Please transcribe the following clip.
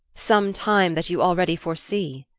some time that you already foresee?